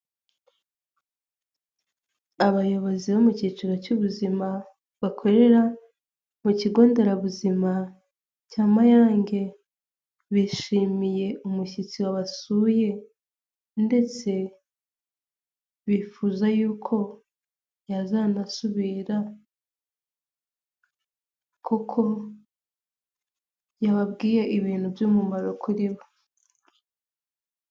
Abayobozi bo mu cyiciro cy'ubuzima, bakorera mu kigo nderabuzima cya Mayange, bishimiye umushyitsi wabasuye ndetse bifuza yuko yazanasubira, kuko yababwiye ibintu by'umumaro kuri bo.